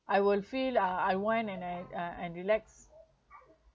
I will feel uh unwind and and uh and relax